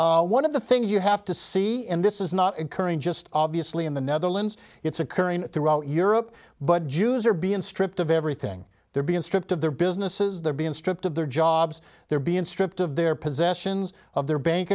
up one of the things you have to see and this is not occurring just obviously in the netherlands it's occurring throughout europe but jews are being stripped of everything they're being stripped of their businesses they're being stripped of their jobs they're being stripped of their possessions of their bank